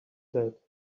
that